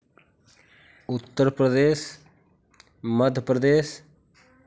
Uttar Pradesh Madhya Pradesh